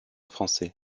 français